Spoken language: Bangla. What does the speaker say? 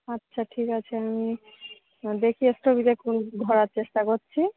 আচ্ছা ঠিক আছে আমি দেখি স্টপেজে কোন ধরার চেষ্টা করছি